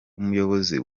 umuyobozi